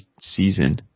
season